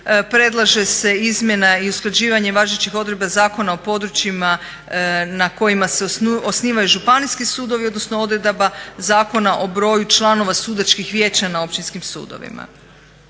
predlaže se izmjena i usklađivanje važećih odredba zakona o područjima na kojima se osnivaju županijski sudovi, odnosno odredaba zakona o broju članova sudačkih vijeća na općinskim sudovima.